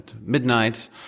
midnight